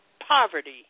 poverty